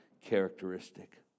characteristic